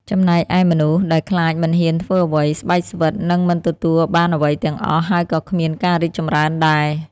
ចំណែកឯមនុស្សដែលខ្លាចមិនហ៊ានធ្វើអ្វី ស្បែកស្វិត នឹងមិនទទួលបានអ្វីទាំងអស់ ហើយក៏គ្មានការរីកចម្រើនដែរ។